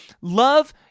Love